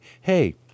hey